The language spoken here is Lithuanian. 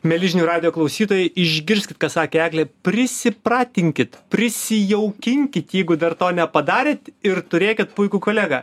mieli žinių radijo klausytojai išgirskit ką sakė eglė prisipratinkit prisijaukinkit jeigu dar to nepadarėt ir turėkit puikų kolegą